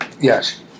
Yes